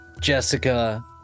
Jessica